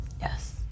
Yes